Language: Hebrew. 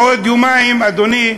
בעוד יומיים, אדוני,